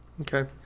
Okay